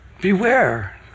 Beware